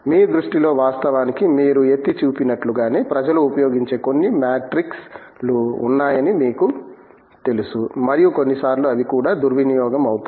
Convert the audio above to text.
మీ దృష్టిలో వాస్తవానికి మీరు ఎత్తి చూపినట్లుగానే ప్రజలు ఉపయోగించే కొన్ని మాట్రిక్స్ లు ఉన్నాయని మీకు తెలుసు మరియు కొన్నిసార్లు అవి కూడా దుర్వినియోగం అవుతాయి